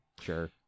sure